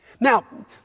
Now